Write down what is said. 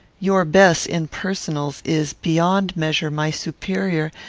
your bess, in personals, is, beyond measure, my superior,